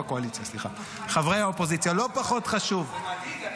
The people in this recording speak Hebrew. כנראה לא תעריכו.